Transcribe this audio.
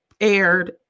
aired